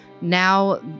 now